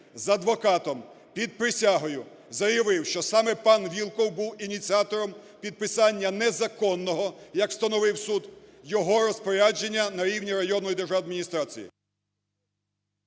з адвокатом під присягою заявив, що саме пан Вілкул був ініціатором підписання незаконного, як встановив суд, його розпорядження на рівні районної державної адміністрації.